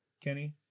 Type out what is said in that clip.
Kenny